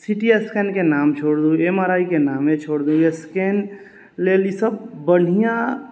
C T स्कैनके नाम छोड़ू एम आर आइ के नामे छोड़ि दियौ स्कैन लेल ईसभ बढ़िआँ